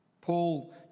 Paul